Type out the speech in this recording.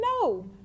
No